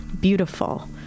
beautiful